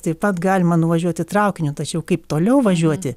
taip pat galima nuvažiuoti traukiniu tačiau kaip toliau važiuoti